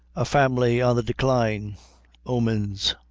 a family on the decline omens.